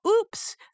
oops